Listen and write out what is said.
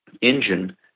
engine